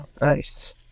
Nice